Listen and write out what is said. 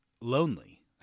lonely